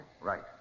Right